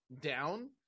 down